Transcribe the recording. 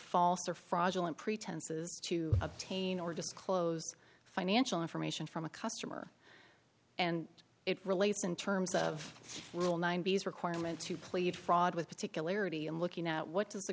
false or fraudulent pretenses to obtain or disclose financial information from a customer and it relates in terms of rule nine b s requirement to plead fraud with particularity and looking at what does the